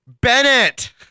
Bennett